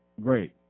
Great